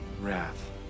Wrath